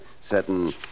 certain